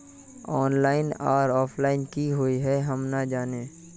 Online आर offline की हुई है हम ना जाने?